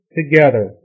together